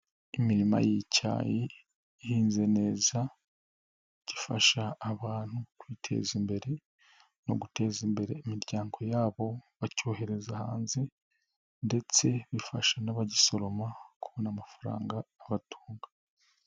Imirima y'icyayi ihinze neza, gifasha abantu kwiteza imbere no guteza imbere imiryango yabo, bacyohereza hanze ndetse bifasha n'abagisoroma, kubona amafaranga abatunga.